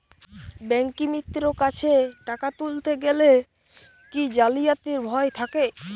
ব্যাঙ্কিমিত্র কাছে টাকা তুলতে গেলে কি জালিয়াতির ভয় থাকে?